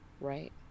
Right